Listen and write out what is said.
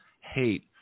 hate